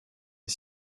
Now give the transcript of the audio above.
est